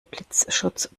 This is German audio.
blitzschutz